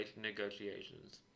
negotiations